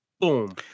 Boom